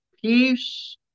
peace